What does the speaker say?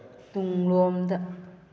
ꯇꯨꯡꯂꯣꯝꯗ